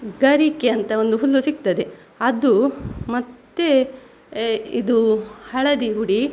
ಗರಿಕೆ ಅಂತ ಒಂದು ಹುಲ್ಲು ಸಿಗ್ತದೆ ಅದು ಮತ್ತೆ ಇದು ಹಳದಿ ಹುಡಿ